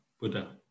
Buddha